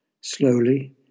Slowly